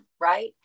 right